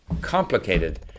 complicated